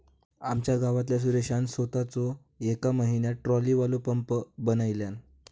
आमच्या गावातल्या सुरेशान सोताच येका म्हयन्यात ट्रॉलीवालो पंप बनयल्यान